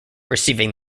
receiving